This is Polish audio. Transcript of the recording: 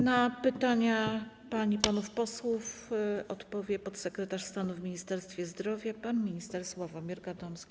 Na pytania pań i panów posłów odpowie podsekretarz stanu w Ministerstwie Zdrowia pan minister Sławomir Gadomski.